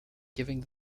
giving